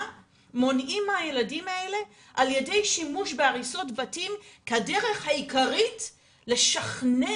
מונעים מהילדים האלה על ידי שימוש בהריסות בתים כדרך העיקרית לשכנע,